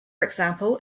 example